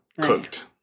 cooked